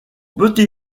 petit